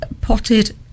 potted